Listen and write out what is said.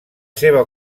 seva